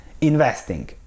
investing